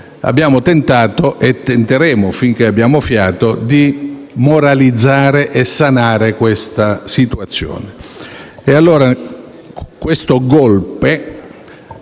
Abbiamo tentato e tenteremo, finché avremo fiato, di moralizzare e sanare questa situazione.